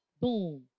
Boom